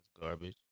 Garbage